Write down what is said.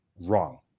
wrong